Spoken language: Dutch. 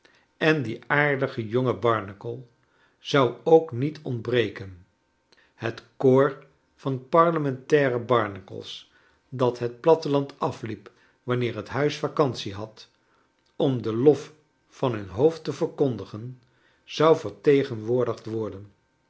en die aardige jonge barnacle zou ook niet ontbreken het j koor van parlementaire barnacles i dat het platteland afliep wanneer het huis vacantie had om den lof van hun hoofd te verkondigen zou vertegenwoordigd worden